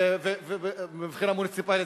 ומבחינה מוניציפלית